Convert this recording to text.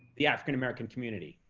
the african american community,